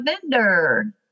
vendor